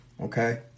Okay